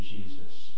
Jesus